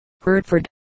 Hertford